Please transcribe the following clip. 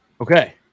Okay